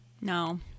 No